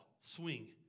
swing